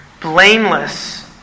blameless